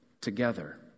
together